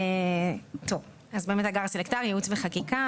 אני מייעוץ וחקיקה,